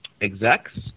execs